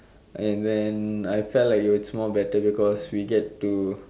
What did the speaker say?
and then I felt like it's more better because we get to